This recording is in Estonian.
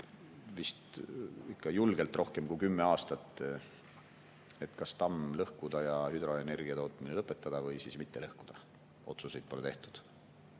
vist ikka julgelt rohkem kui kümme aastat, kas tamm lõhkuda ja hüdroenergia tootmine lõpetada või siis mitte lõhkuda. Otsuseid pole tehtud.